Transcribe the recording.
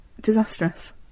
disastrous